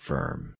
Firm